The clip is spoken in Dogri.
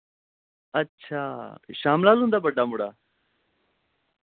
अच्छा शामलाल हुन्दा बड्डा मुड़ा